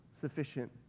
sufficient